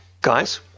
Guys